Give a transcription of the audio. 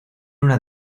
una